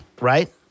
right